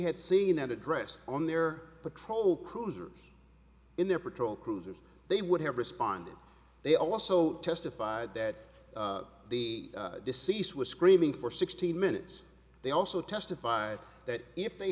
had seen that address on their patrol cruisers in their patrol cruisers they would have responded they also testified that the deceased was screaming for sixty minutes they also testified that if they